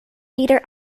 theatre